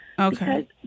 Okay